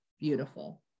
beautiful